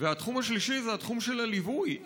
התחום השלישי זה התחום של הליווי,